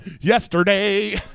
Yesterday